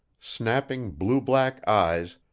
snapping blue-black eyes,